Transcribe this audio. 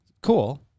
cool